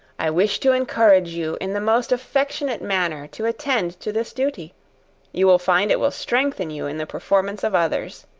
i wish to encourage you in the most affectionate manner to attend to this duty you will find it will strengthen you in the performance of others.